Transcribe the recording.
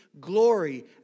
glory